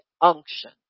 unction